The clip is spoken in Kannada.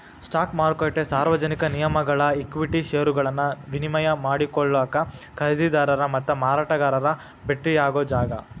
ಸ್ಟಾಕ್ ಮಾರುಕಟ್ಟೆ ಸಾರ್ವಜನಿಕ ನಿಗಮಗಳ ಈಕ್ವಿಟಿ ಷೇರುಗಳನ್ನ ವಿನಿಮಯ ಮಾಡಿಕೊಳ್ಳಾಕ ಖರೇದಿದಾರ ಮತ್ತ ಮಾರಾಟಗಾರ ಭೆಟ್ಟಿಯಾಗೊ ಜಾಗ